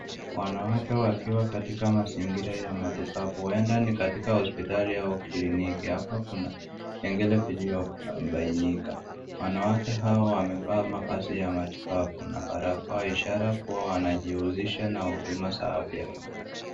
Wanawake wakiwa katika mazingira ya matibabu huenda ni katika hospitali au kliniki. Hapa kuna vipengele vilivyo bainika. Wanawake hawa wamevaa mavazi ya matibabu na barakoa ishara kuwa wanajihusisha na huduma za afya.